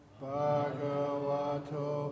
Bhagavato